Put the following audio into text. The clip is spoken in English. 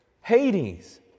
Hades